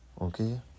Okay